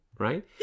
Right